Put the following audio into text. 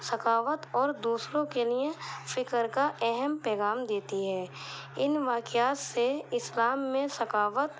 سخاوت اور دوسروں کے لیے فکر کا اہم پیغام دیتی ہے ان واقعات سے اسلام میں سخاوت